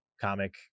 comic